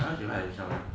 I heard you like his song ya